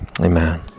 Amen